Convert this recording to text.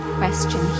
question